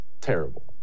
terrible